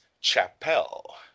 Chapel